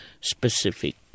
specific